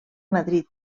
madrid